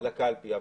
לקלפי.